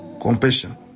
compassion